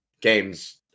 games